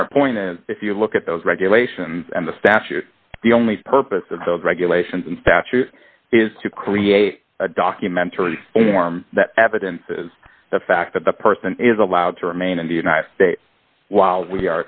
and our point is if you look at those regulations and the statute the only purpose of the regulations in statute is to create a documentary that evidence is the fact that the person is allowed to remain in the united states while we